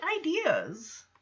ideas